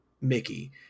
Mickey